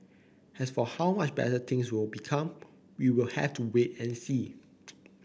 as for how much better things will become we will have to wait and see